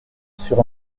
sur